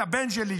את הבן שלי,